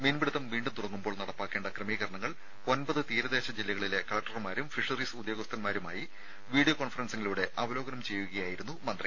മീൻപിടുത്തം വീണ്ടും തുടങ്ങുമ്പോൾ നടപ്പാക്കേണ്ട ക്രമീകരണങ്ങൾ ഒമ്പത് തീരദേശ ജില്ലകളിലെ കലക്ടർമാരും ഫിഷറീസ് ഉദ്യോഗസ്ഥന്മാരുമായി വീഡിയോ കോൺഫറൻസിംഗിലൂടെ അവലോകനം ചെയ്യുകയായിരുന്നു മന്ത്രി